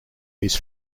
his